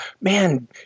man